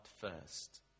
first